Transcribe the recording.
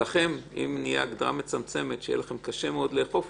והחשש שלכם הוא שאם תהיה הגדרה מצמצמת יהיה לכם קשה מאוד לאכוף.